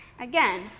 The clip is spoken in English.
again